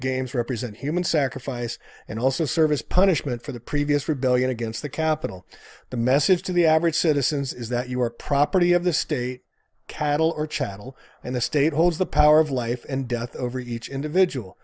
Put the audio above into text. games represent human sacrifice and also service punishment for the previous rebellion against the capitol the message to the average citizens is that you are property of the state cattle or chattel and the state holds the power of life and death over each individual